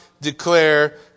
declare